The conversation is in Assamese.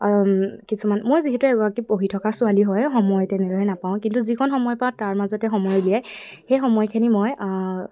কিছুমান মই যিহেতু এগৰাকী পঢ়ি থকা ছোৱালী হয় সময় তেনেদৰে নাপাওঁ কিন্তু যিকণ সময় পাওঁ তাৰ মাজতে সময় উলিয়াই সেই সময়খিনি মই